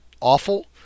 awful